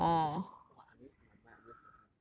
orientation !wah! I'm just in my mind I'm just thinking